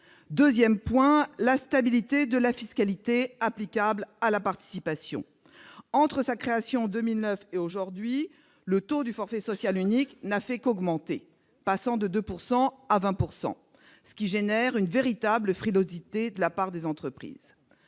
Deuxième point : la stabilité de la fiscalité applicable à la participation. Entre sa création en 2009 et aujourd'hui, le taux du forfait social unique n'a fait qu'augmenter, passant de 2 % à 20 %, ce qui entraîne une véritable frilosité de la part des entreprises.